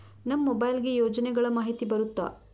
ನಮ್ ಮೊಬೈಲ್ ಗೆ ಯೋಜನೆ ಗಳಮಾಹಿತಿ ಬರುತ್ತ?